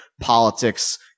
politics